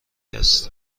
است